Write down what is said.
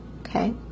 Okay